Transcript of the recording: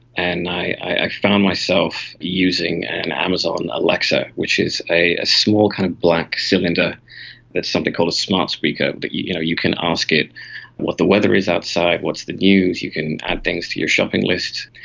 and i found myself using an amazon alexa which is a small kind of black cylinder that's something called a smart speaker, but you you know, you can ask it what the weather is outside, outside, what's the news, you can add things to your shopping list.